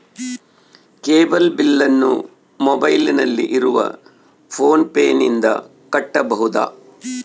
Cable ಬಿಲ್ಲನ್ನು ಮೊಬೈಲಿನಲ್ಲಿ ಇರುವ ಫೋನ್ ಪೇನಿಂದ ಕಟ್ಟಬಹುದಾ?